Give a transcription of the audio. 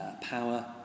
power